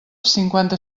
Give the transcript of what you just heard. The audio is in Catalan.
cinquanta